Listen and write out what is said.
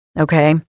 Okay